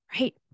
Right